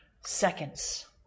seconds